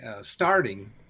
starting